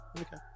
Okay